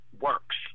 works